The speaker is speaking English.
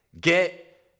get